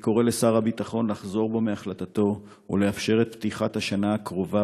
אני קורא לשר הביטחון לחזור בו מהחלטתו ולאפשר את פתיחת השנה הקרובה